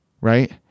right